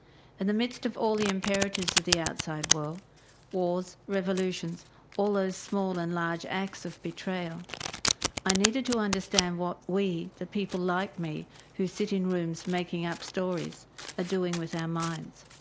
and the midst of all the imperatives of the outside world wars, revolutions all those small and large acts of betrayal i needed to understand what we, the people like me who sit in rooms making up stories, are doing with our minds.